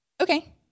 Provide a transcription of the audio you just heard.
Okay